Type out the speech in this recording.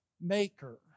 maker